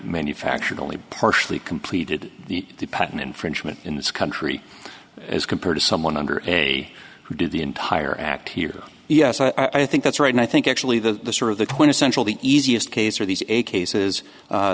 manufactured only partially completed the patent infringement in this country as compared to someone under a who did the entire act here yes i i think that's right and i think actually the sort of the quintessential the easiest case are these